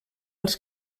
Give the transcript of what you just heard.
als